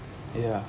ya